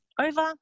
over